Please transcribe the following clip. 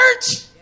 church